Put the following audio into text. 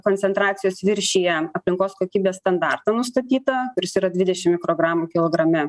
koncentracijos viršija aplinkos kokybės standartą nustatytą kuris yra dvidešim mikrogramų kilograme